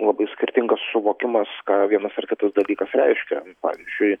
labai skirtingas suvokimas ką vienas ar kitas dalykas reiškia pavyzdžiui